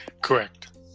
Correct